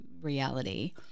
reality